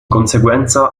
conseguenza